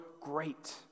great